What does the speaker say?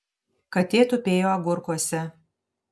katė tupėjo agurkuose